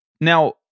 Now